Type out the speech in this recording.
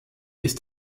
ist